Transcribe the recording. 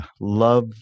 love